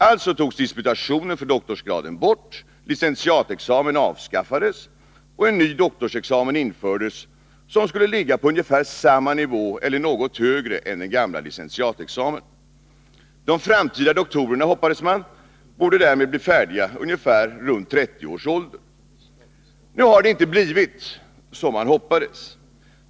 Alltså togs disputationen för doktorsgraden bort, licentiatexamen avskaffades och en ny doktorsexamen infördes, som skulle ligga på ungefär samma nivå eller något högre än den gamla licentiatexamen. De framtida doktorerna, hoppades man, borde därmed bli färdiga ungefär runt 30 års ålder. Nu har det inte blivit som man hoppades.